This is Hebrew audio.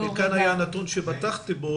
מכאן היה הנתון שפתחתי בו,